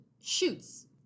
shoots